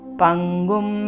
pangum